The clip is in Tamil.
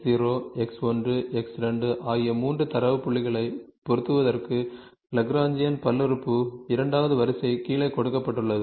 X X0 X1 X2 ஆகிய 3 தரவு புள்ளிகளைப் பொருத்துவதற்கு லக்ராஜியன் பல்லுறுப்புறுப்பு இரண்டாவது வரிசை கீழே கொடுக்கப்பட்டுள்ளது